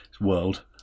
world